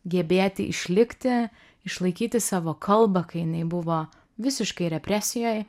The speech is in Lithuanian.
gebėti išlikti išlaikyti savo kalbą kai jinai buvo visiškoj represijoj